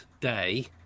day